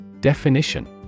Definition